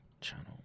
channel